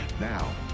Now